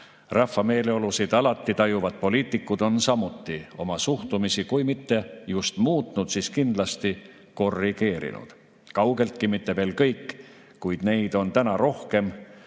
Rahva meeleolusid alati tajuvad poliitikud on samuti oma suhtumisi kui mitte just muutnud, siis kindlasti korrigeerinud. Kaugeltki mitte veel kõik, kuid neid on täna rohkem